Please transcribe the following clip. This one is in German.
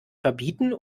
verbieten